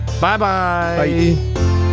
Bye-bye